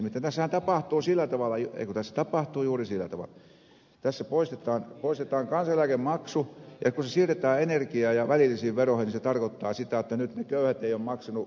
nimittäin tässähän tapahtuu juuri sillä tavalla että tässä poistetaan kansaneläkemaksu ja kun se siirretään energiaan ja välillisiin veroihin niin se tarkoittaa sitä jotta nyt ne köyhät jotka eivät ole maksaneet valtionveroa kyllä pääsevät osalliseksi